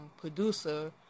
producer